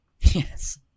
Yes